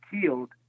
killed